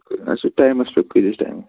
اَچھا ٹایِمس پٮ۪ٹھ کۭتِس ٹایِمس